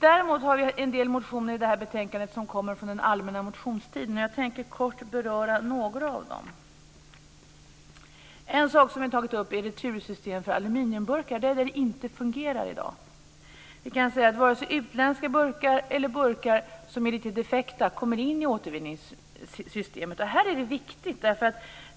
Däremot finns det en del motioner i betänkandet som kommer från den allmänna motionstiden. Jag tänker kort beröra några av dem. En sak som vi har tagit upp är retursystemet för aluminiumburkar. Det fungerar inte i dag. Varken utländska burkar eller burkar som är lite defekta kommer in i återvinningssystemet. Detta är viktigt.